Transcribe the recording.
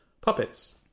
puppets